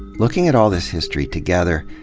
looking at all this history together,